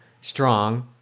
strong